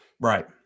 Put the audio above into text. Right